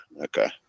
Okay